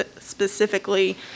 specifically